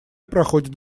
проходит